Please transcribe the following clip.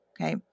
okay